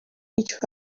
هیچ